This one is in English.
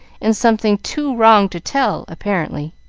and something too wrong to tell, apparently.